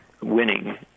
winning